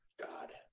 God